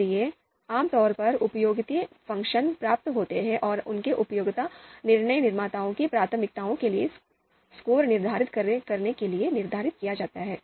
इसलिए आमतौर पर उपयोगिता फ़ंक्शंस प्राप्त होते हैं और उनका उपयोग निर्णय निर्माताओं की प्राथमिकताओं के लिए स्कोर निर्धारित करने के लिए किया जाता है